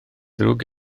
ddrwg